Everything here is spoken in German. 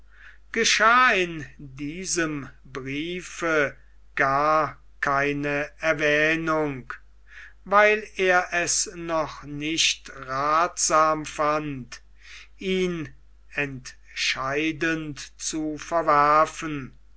in diesem briefe gar keine erwähnung weil er es noch nicht rathsam fand ihn entscheidend zu verwerfen